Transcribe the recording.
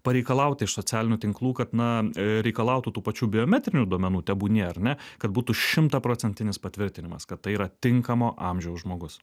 pareikalauti iš socialinių tinklų kad na reikalautų tų pačių biometrinių duomenų tebūnie ar ne kad būtų šimtaprocentinis patvirtinimas kad tai yra tinkamo amžiaus žmogus